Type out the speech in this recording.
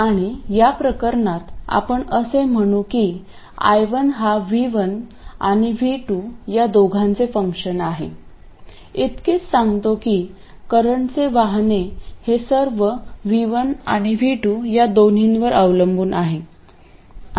आणि या प्रकरणात आपण असे म्हणू की I1 हा V1 आणि V2 या दोघांचे फंक्शन आहे इतकेच सांगतो की करंटचे वाहने हे सर्व V1 आणि V2 या दोन्हीवर अवलंबून आहे